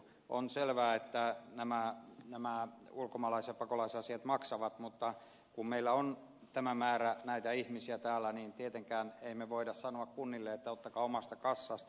on selvää että nämä ulkomaalais ja pakolaisasiat maksavat mutta kun meillä on tämä määrä näitä ihmisiä täällä niin tietenkään emme voi sanoa kunnille että ottakaa omasta kassasta